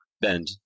bend